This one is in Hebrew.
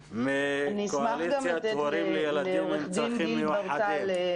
מקואליציית הורים לילדים עם צרכים מיוחדים.